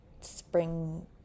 spring